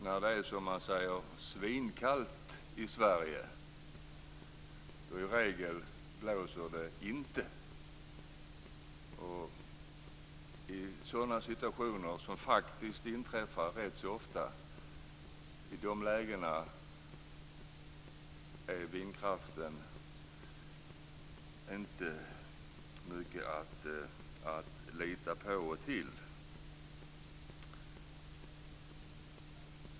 När det är svinkallt i Sverige blåser det i regel inte. I sådana situationer, som inträffar rätt så ofta, är vindkraften inte mycket att lita till.